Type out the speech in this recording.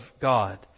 God